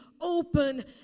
open